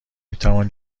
میتوان